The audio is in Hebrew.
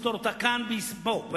בואו נפתור אותה כאן,